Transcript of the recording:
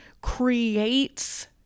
creates